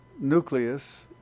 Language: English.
nucleus